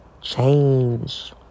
change